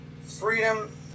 Freedom